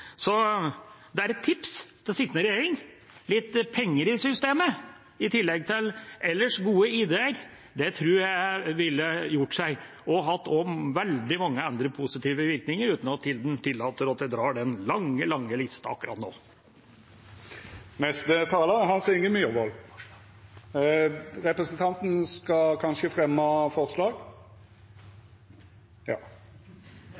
tips til sittende regjering. Litt penger i systemet, i tillegg til ellers gode ideer, tror jeg ville gjort seg og også hatt veldig mange andre positive virkninger, uten at tida tillater at jeg drar den lange, lange listen akkurat nå. Jeg vil på vegne av mindretallet i komiteen fremme våre to forslag.